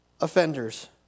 offenders